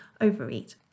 overeat